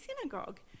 synagogue